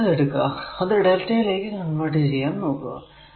ഇനി a a R a lrmഎടുക്കുക അത് Δ ലേക്ക് കൺവെർട് ചെയ്യാൻ നോക്കുക